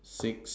six